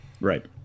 Right